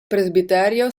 presbiterio